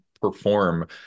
perform